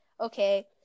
okay